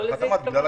לא לזה התכוונתי.